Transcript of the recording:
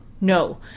No